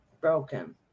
broken